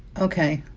ok.